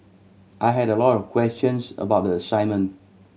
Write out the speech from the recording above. I had a lot of questions about the assignment